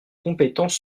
compétence